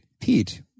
Pete